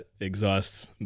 exhausts